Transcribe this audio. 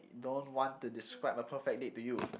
don't want to describe my perfect date to you